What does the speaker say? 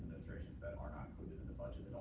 assertions that are not included in the budget